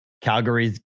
Calgary's